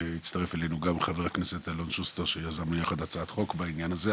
והצטרף אלינו גם חבר הכנסת אלון שוסטר שיזמנו יחד הצעת חוק בעניין הזה,